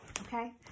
okay